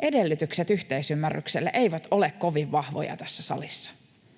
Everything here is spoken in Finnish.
edellytykset yhteisymmärrykselle eivät ole kovin vahvoja tässä salissa.